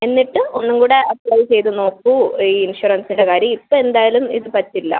എന്നിട്ട് ഒന്നും കൂടെ അപ്ലൈ ചെയ്ത് നോക്കൂ ഈ ഇൻഷുറൻസിൻ്റെ കാര്യം ഇപ്പോൾ എന്തായാലും ഇത് പറ്റില്ല